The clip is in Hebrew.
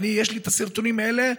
יש לי את הסרטונים האלה,